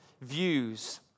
views